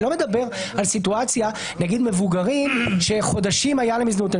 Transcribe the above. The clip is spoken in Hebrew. אני לא מדבר על סיטואציה כמו מבוגרים שחודשים הייתה להם הזדמנות להתחסן.